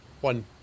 One